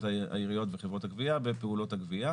העיריות וחברות הגבייה בפעולות הגבייה